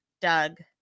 Doug